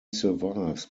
survives